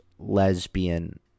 lesbian